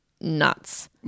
nuts